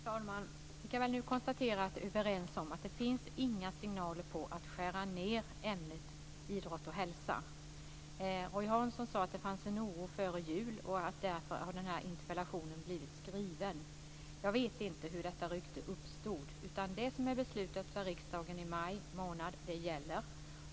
Fru talman! Vi kan väl konstatera att vi är överens om att det inte finns några signaler om att skära ned ämnet idrott och hälsa. Roy Hansson sade att det fanns en oro före jul, och det var därför interpellationen väcktes. Jag vet inte hur detta rykte uppstod. Det som beslutades av riksdagen i maj månad gäller.